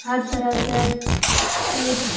हर तरहसँ चीज